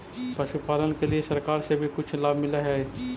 पशुपालन के लिए सरकार से भी कुछ लाभ मिलै हई?